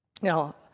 Now